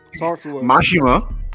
Mashima